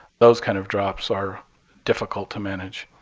those kind of drops are difficult to manage.